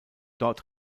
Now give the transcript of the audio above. dort